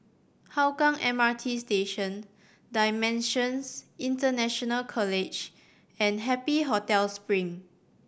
Hougang M R T Station Dimensions International College and Happy Hotel Spring